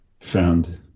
found